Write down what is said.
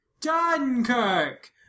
Dunkirk